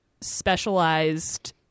specialized